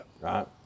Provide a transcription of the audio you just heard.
right